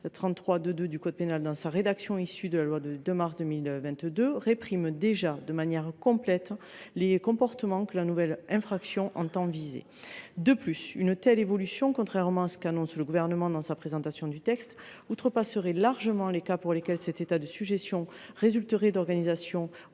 33 2 2 du code pénal dans sa rédaction issue de la loi du 2 mars 2022 réprime déjà de manière particulièrement complète les comportements que la nouvelle infraction entend viser. De plus, une telle évolution, contrairement à ce qu’annonce le Gouvernement dans sa présentation du texte, outrepasserait largement les cas pour lesquels cet état de sujétion résulterait d’organisations ou de